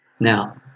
Now